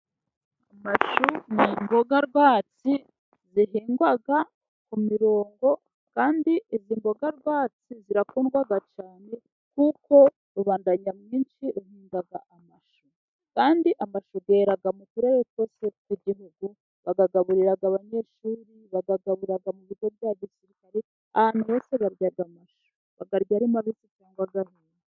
Amashu ni imboga rwatsi zihingwa ku mirongo, kandi izi mboga rwatsi zirakundwa cyane, kuko rubanda nyamwinshi ruhinga amashu, kandi amashu ahingwa mu turere twose tw'igihugu, bakagaburira abanyeshuri, bayagabura mu bigo bya gisirikare, abantu bose barya amashu bakayarya ari mabisi cyangwa atetse.